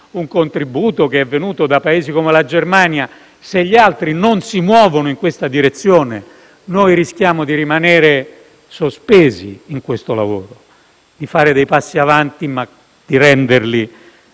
un contributo che è venuto da Paesi come la Germania, non si muovono in questa direzione, rischiamo di rimanere sospesi in questo lavoro e fare dei passi avanti ma lasciarli